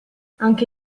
anche